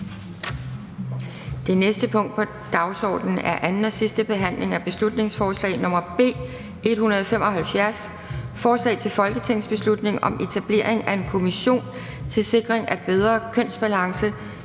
Det næste punkt på dagsordenen er: 48) 2. (sidste) behandling af beslutningsforslag nr. B 175: Forslag til folketingsbeslutning om etablering af en kommission til sikring af bedre kønsbalance